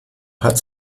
hat